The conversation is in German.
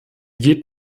geht